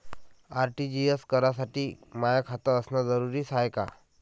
RTGS करासाठी माय खात असनं जरुरीच हाय का?